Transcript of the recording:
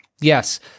Yes